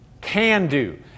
can-do